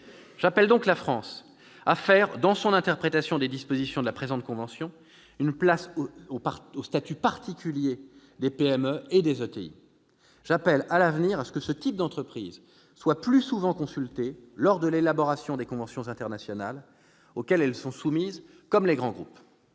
J'appelle donc la France à faire, dans son interprétation des dispositions de la présente convention, une place au statut particulier des PME et ETI. J'appelle à l'avenir à ce que ce type d'entreprises soit plus souvent consulté lors de l'élaboration des conventions internationales, auxquelles elles sont soumises comme les grands groupes.